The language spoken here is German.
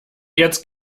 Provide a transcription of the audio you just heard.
jetzt